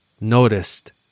noticed